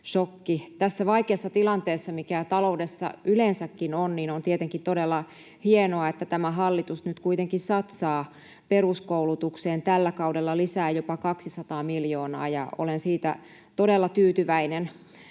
Tässä vaikeassa tilanteessa, mikä taloudessa yleensäkin on, on tietenkin todella hienoa, että tämä hallitus nyt kuitenkin satsaa peruskoulutukseen tällä kaudella lisää jopa 200 miljoonaa, ja olen siitä todella tyytyväinen.